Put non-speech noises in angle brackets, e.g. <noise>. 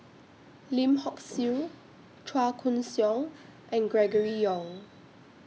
Lim Hock Siew Chua Koon Siong and Gregory <noise> Yong